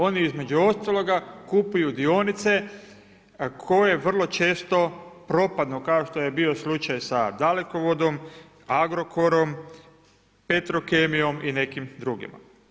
Oni između ostaloga kupuju dionice koje vrlo često propadnu kao što je bio slučaj sa Dalekovodom, Agrokorom, Petrokemijom i nekim drugima.